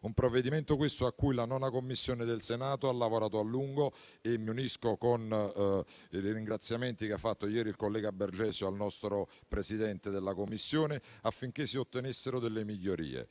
È un provvedimento, questo, a cui la 9a Commissione del Senato ha lavorato a lungo e mi unisco ai ringraziamenti fatti ieri dal collega Bergesio al nostro Presidente della Commissione affinché si ottenessero delle migliorie.